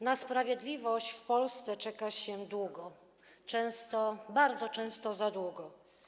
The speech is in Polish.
Na sprawiedliwość w Polsce czeka się długo, bardzo często za długo.